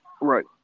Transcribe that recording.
Right